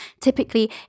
typically